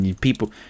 People